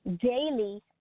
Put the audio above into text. daily